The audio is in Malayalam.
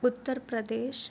ഉത്തർ പ്രദേശ്